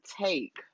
take